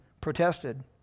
protested